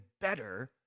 better